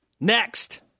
Next